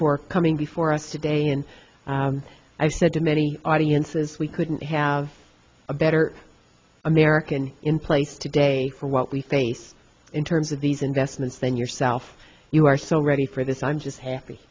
for coming before us today and i said to many audiences we couldn't have a better american in place today for what we face in terms of these investments than yourself you are so ready for this i'm just happy